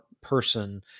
person